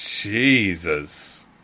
Jesus